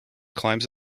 climbs